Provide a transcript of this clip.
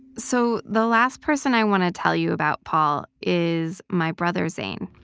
so, the last person i want to tell you about paul, is my brother zane.